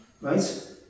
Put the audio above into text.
right